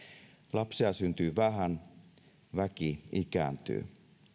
lapsia syntyy vähän väki ikääntyy